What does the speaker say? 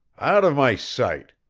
out of my sight!